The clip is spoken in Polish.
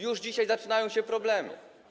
Już dzisiaj zaczynają się problemy.